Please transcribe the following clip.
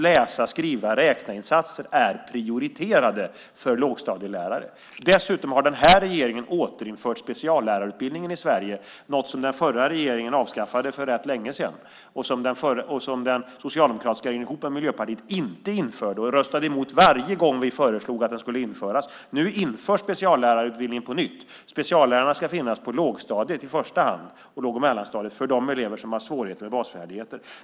Läsa-skriva-räkna-insatser är prioriterade för lågstadielärare. Dessutom har den här regeringen återinfört speciallärarutbildningen i Sverige, något som den förra regeringen avskaffade för rätt länge sedan och som Socialdemokraterna ihop med Miljöpartiet inte införde. Ni röstade emot varje gång vi föreslog att den skulle införas. Nu införs speciallärarutbildningen på nytt. Speciallärarna ska finnas på låg och mellanstadiet, i första hand på lågstadiet, för de elever som har svårigheter med basfärdigheter.